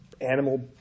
animal